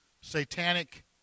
satanic